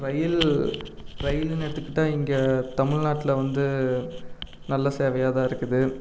ரயில் ரயில்னு எடுத்துக்கிட்டால் இங்கே தமிழ் நாட்டில் வந்து நல்ல சேவையாக தான் இருக்குது